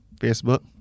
Facebook